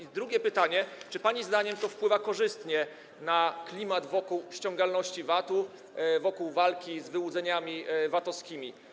I drugie pytanie: Czy pani zdaniem to wpływa korzystnie na klimat wokół ściągalności VAT-u, wokół walki z wyłudzeniami VAT-owskimi?